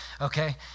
okay